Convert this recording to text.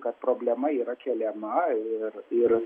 kad problema yra keliama ir ir